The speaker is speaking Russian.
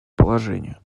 положению